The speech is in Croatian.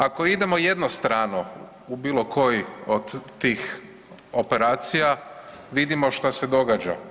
Ako idemo jednostrano u bilo koji od tih operacija, vidimo što se događa.